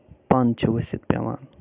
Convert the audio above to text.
پَن چھُ ؤسِتھ پٮ۪وان